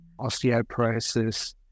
osteoporosis